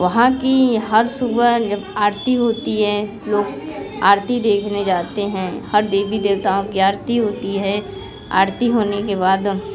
वहाँ की हर सुबह आरती होती है लोग आरती देखने जाते हैं हर देवी देवताओं की आरती होती है आरती होने के बाद हम